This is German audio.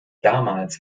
damals